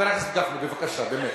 חבר הכנסת גפני, בבקשה, באמת.